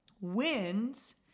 wins